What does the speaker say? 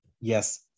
Yes